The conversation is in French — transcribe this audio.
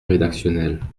rédactionnelle